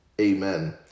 Amen